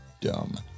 dumb